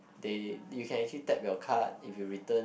they you can actually tap your card if you return